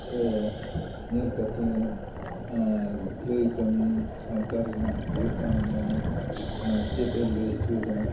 ᱛᱚ ᱧᱮᱞ ᱠᱟᱛᱮ ᱞᱟᱹᱭ ᱠᱟᱹᱢᱤ ᱥᱟᱶᱛᱟ ᱨᱮᱱᱟᱜ ᱦᱩᱭᱩᱜᱼᱟ ᱢᱮᱱᱮᱠ ᱚᱱᱟ ᱪᱮᱫᱼᱮ ᱞᱟᱹᱭ ᱦᱚᱪᱚᱭᱮᱫᱟ